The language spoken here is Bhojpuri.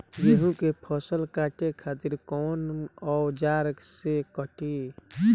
गेहूं के फसल काटे खातिर कोवन औजार से कटी?